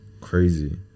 Crazy